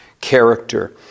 character